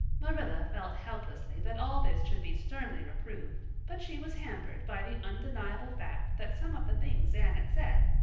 marilla felt helplessly that all this should be sternly reproved, but she was hampered by the undeniable fact that some of the things anne had said,